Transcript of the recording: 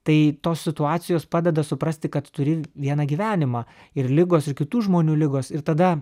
tai tos situacijos padeda suprasti kad turi vieną gyvenimą ir ligos ir kitų žmonių ligos ir tada